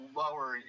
lower